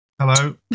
Hello